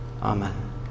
Amen